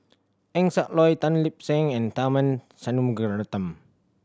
Eng Siak Loy Tan Lip Seng and Tharman Shanmugaratnam